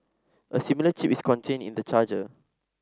a similar chip is contained in the charger